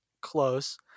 close